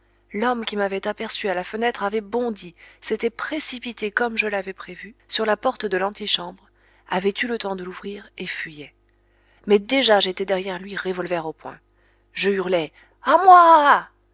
l'homme qui m'avait aperçu à la fenêtre avait bondi s'était précipité comme je l'avais prévu sur la porte de l'antichambre avait eu le temps de l'ouvrir et fuyait mais déjà j'étais derrière lui revolver au poing je hurlai à moi